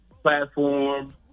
Platform